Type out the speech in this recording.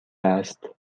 است